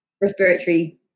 respiratory